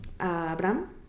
Abraham